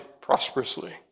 prosperously